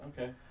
Okay